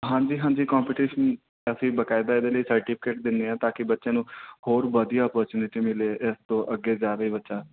ਹਾਂਜੀ ਹਾਂਜੀ ਕੰਪੀਟੀਸ਼ਨ ਅਸੀਂ ਬਕਾਇਦਾ ਇਹਦੇ ਲਈ ਸਰਟੀਫਿਕੇਟ ਦਿੰਦੇ ਹਾਂ ਤਾਂ ਕਿ ਬੱਚਿਆਂ ਨੂੰ ਹੋਰ ਵਧੀਆ ਉਪੋਰਚੂਨਿਟੀ ਮਿਲੇ ਇਸ ਤੋਂ ਅੱਗੇ ਜਾਵੇ ਬੱਚਾ